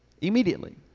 Immediately